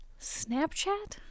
snapchat